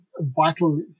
vital